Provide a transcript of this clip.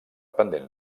pendent